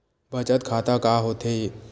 बचत खाता का होथे?